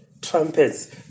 Trumpets